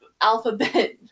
Alphabet